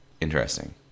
Interesting